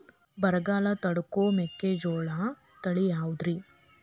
ಬರಗಾಲ ತಡಕೋ ಮೆಕ್ಕಿಜೋಳ ತಳಿಯಾವುದ್ರೇ?